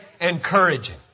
encouraging